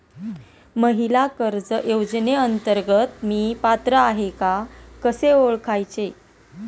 महिला कर्ज योजनेअंतर्गत मी पात्र आहे का कसे ओळखायचे?